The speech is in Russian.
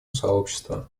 сообщества